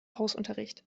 hausunterricht